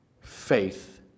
Faith